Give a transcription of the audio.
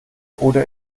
oder